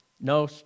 No